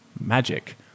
magic